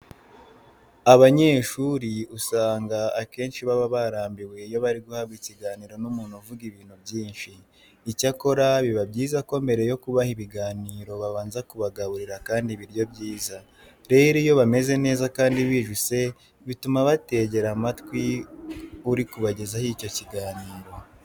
Abanyeshuri usanga akenshi baba barambiwe iyo bari guhabwa ikiganiro n'umuntu uvuga ibintu byinshi. Icyakora biba byiza ko mbere yo kubaha ibiganiro babanza kubagaburira kandi ibiryo byiza. Rero iyo bameze neza kandi bijuse bituma bategera amatwi uri kubagezaho icyo kiganiro.